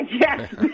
Yes